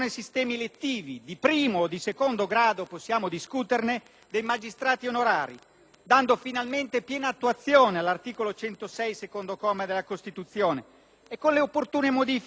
dando finalmente piena attuazione all'articolo 106, secondo comma, della Costituzione, e, con le opportune modifiche della stessa Carta fondamentale, anche dei magistrati togati, in particolare dei magistrati a capo degli uffici inquirenti